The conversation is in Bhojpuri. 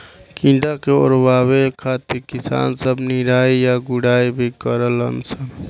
कीड़ा के ओरवावे खातिर किसान सब निराई आ गुड़ाई भी करलन सन